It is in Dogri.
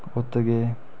उत्त गे